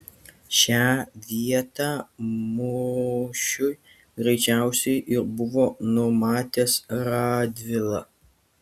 šią vietą mūšiui greičiausiai ir buvo numatęs radvila